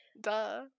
Duh